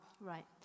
Right